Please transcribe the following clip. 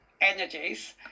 energies